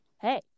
hey